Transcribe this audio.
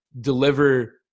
deliver